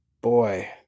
boy